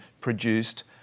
produced